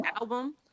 album